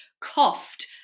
coughed